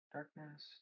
Darkness